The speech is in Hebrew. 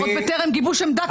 עוד בטרם גיבוש עמדה,